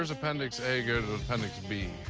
appendix a go to appendix b?